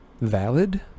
valid